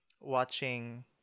watching